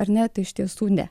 ar net iš tiesų ne